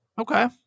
Okay